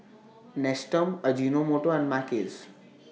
Nestum Ajinomoto and Mackays